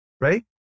right